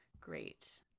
Great